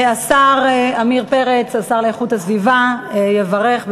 השר עמיר פרץ, השר להגנת הסביבה, יברך.